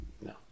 No